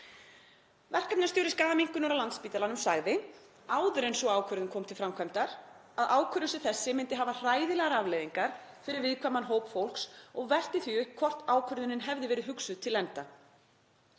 Verkefnisstjóri skaðaminnkunar á Landspítalanum sagði áður en sú ákvörðun kom til framkvæmdar að ákvörðun sem þessi myndi hafa hræðilegar afleiðingar fyrir viðkvæman hóp fólks og velti því upp hvort ákvörðunin hefði verið hugsuð til enda.